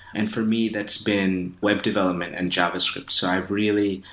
and for me, that's been web development and javascript, so i've really,